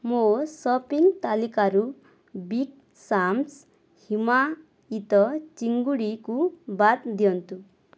ମୋ ସପିଂ ତାଲିକାରୁ Big Sam's ହିମାୟିତ ଚିଙ୍ଗୁଡ଼ିକୁ ବାଦ୍ ଦିଅନ୍ତୁ